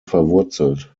verwurzelt